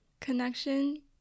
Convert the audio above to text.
connection